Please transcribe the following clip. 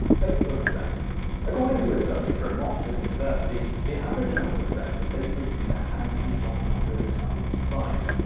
facebook friends according to a study from oxford university, the average amount of friends a facebook user has is one hundred and fifty five.